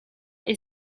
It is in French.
est